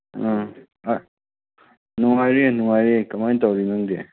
ꯎꯝ ꯅꯨꯡꯉꯥꯏꯔꯤ ꯅꯨꯡꯉꯥꯏꯔꯤ ꯀꯃꯥꯏꯅ ꯇꯧꯔꯤ ꯅꯪꯗꯤ